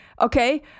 okay